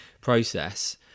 process